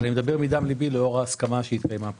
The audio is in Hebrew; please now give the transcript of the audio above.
ואני מדבר מדם ליבי לאור ההסכמה שהתקיימה פה.